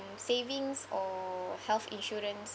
savings or health insurance